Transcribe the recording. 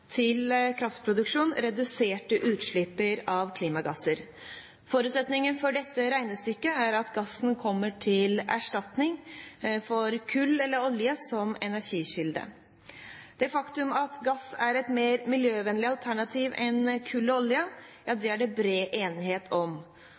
til kraftproduksjon reduserte utslipp av klimagasser. Forutsetningen for dette regnestykket er at gassen kommer til erstatning for kull eller olje som energikilde. Det faktum at gass er et mer miljøvennlig alternativ enn kull og olje,